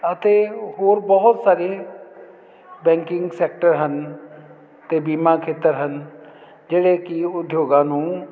ਅਤੇ ਹੋਰ ਬਹੁਤ ਸਾਰੇ ਬੈਂਕਿੰਗ ਸੈਕਟਰ ਹਨ ਅਤੇ ਬੀਮਾ ਖੇਤਰ ਹਨ ਜਿਹੜੇ ਕਿ ਉਦਯੋਗਾਂ ਨੂੰ